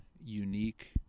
unique